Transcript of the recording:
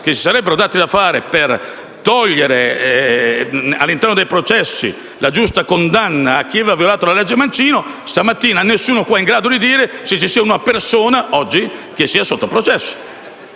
che si sarebbero dati da fare per togliere, all'interno dei processi, la giusta condanna a chi aveva violato la legge Mancino e stamattina qui nessuno è in grado di dire se vi sia una persona che sia oggi sotto processo.